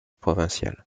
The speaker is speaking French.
provinciale